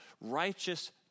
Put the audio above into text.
righteous